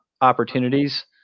opportunities